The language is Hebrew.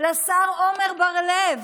לשר עמר בר לב.